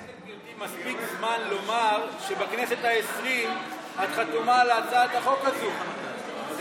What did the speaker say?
יש לגברתי מספיק זמן לומר שבכנסת העשרים את חתומה על הצעת החוק זו,